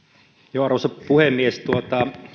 arvoisa puhemies